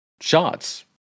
shots